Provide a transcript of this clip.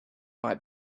might